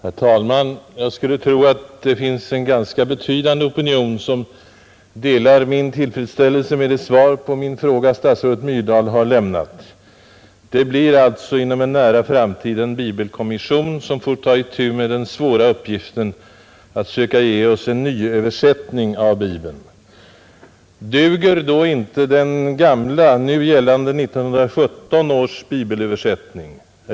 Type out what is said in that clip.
Herr talman! Jag skulle tro att det finns en ganska betydande opinion som delar min tillfredsställelse med det svar som statsrådet Myrdal har lämnat på min fråga. Det blir alltså inom en nära framtid en bibelkommission som får ta itu med den svåra uppgiften att söka ge oss en nyöversättning av Bibeln, Duger då inte den gamla nu gällande 1917 års bibelöversättning?